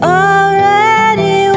already